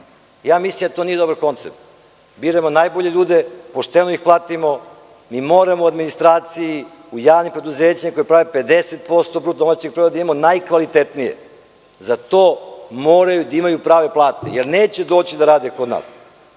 Mislim da to nije dobar koncept. Biramo najbolje ljude, pošteno ih platimo. Moramo u administraciji, u javnim preduzećima koja prave 50% BDP da imamo najkvalitetnije i zato moraju da imaju prave plate, jer neće doći da rade kod nas.